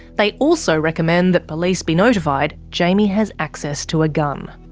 they also recommend that police be notified jaimie has access to a gun.